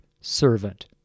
servant